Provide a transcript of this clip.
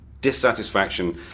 dissatisfaction